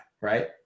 right